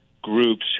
groups